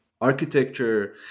architecture